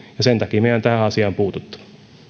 ja sen takia meidän on tähän asiaan puututtava